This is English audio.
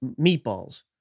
meatballs